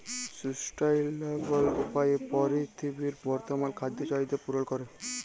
sustainable উপায়ে পীরথিবীর বর্তমাল খাদ্য চাহিদ্যা পূরল ক্যরে